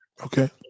okay